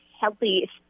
healthy